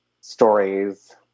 stories